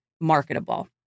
marketable